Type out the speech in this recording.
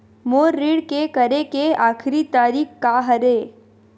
मोर ऋण के करे के आखिरी तारीक का हरे?